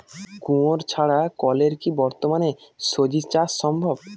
কুয়োর ছাড়া কলের কি বর্তমানে শ্বজিচাষ সম্ভব?